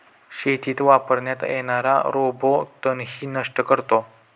शेतीत वापरण्यात येणारा रोबो तणही नष्ट करतो